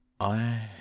I